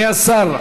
מי השר?